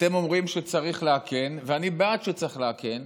אתם אומרים שצריך לאכן ואני בעד שצריך לאכן.